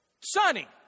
Sunny